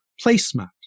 Placement